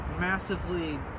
massively